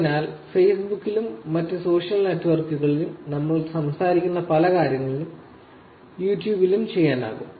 അതിനാൽ ഫേസ്ബുക്കിലും മറ്റ് സോഷ്യൽ നെറ്റ്വർക്കുകളിലും നമ്മൾ സംസാരിക്കുന്ന പല കാര്യങ്ങളും യൂട്യൂബ് ലും ചെയ്യാനാകും